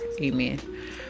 amen